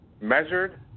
measured